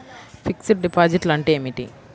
Fixed డిపాజిట్లు అంటే ఏమిటి?